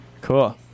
cool